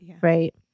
right